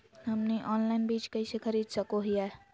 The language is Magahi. हमनी ऑनलाइन बीज कइसे खरीद सको हीयइ?